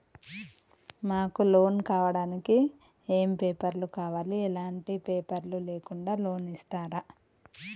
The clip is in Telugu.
మాకు లోన్ కావడానికి ఏమేం పేపర్లు కావాలి ఎలాంటి పేపర్లు లేకుండా లోన్ ఇస్తరా?